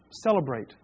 celebrate